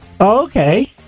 Okay